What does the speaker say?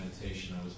meditation